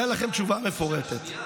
סליחה, סליחה.